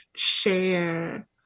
share